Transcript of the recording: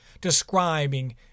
describing